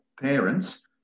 parents